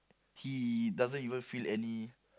he doesn't even feel any